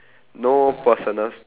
no personal s~